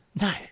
No